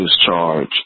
discharge